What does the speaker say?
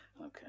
Okay